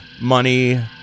money